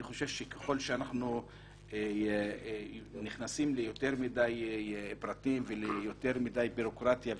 אני חושב שככל שאנחנו נכנסים ליותר מדי פרטים וליותר מדי בירוקרטיה,